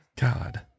God